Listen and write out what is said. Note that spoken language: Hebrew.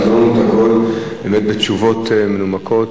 רואים את הכול בתשובות מנומקות,